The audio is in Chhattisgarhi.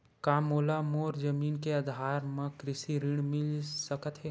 का मोला मोर जमीन के आधार म कृषि ऋण मिल सकत हे?